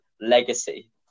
Legacy